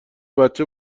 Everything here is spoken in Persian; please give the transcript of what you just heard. بچه